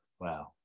Wow